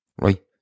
Right